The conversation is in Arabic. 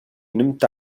نمت